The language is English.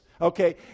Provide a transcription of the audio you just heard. okay